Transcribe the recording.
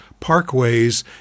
parkways